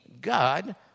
God